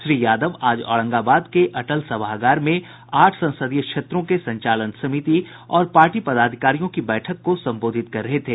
श्री यादव आज औरंगाबाद के अटल सभागार में आठ संसदीय क्षेत्रों के संचालन समिति और पार्टी पदाधिकारियों की बैठक को संबोधित कर रहे थे